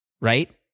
right